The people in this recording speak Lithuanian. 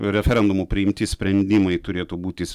referendumu priimti sprendimai turėtų būti